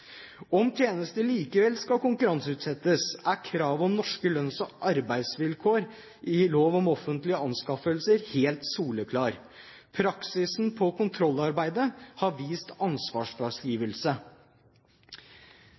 Om tjenester likevel skal konkurranseutsettes, er kravet om norske lønns- og arbeidsvilkår i lov om offentlige anskaffelser helt soleklart. Praksisen på kontrollarbeidet har vist